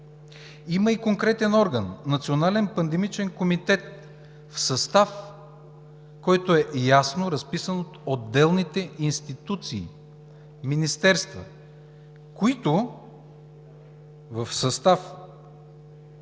Има и конкретен орган – Национален пандемичен комитет, където е ясно разписано от отделните институции и министерства, който е в състав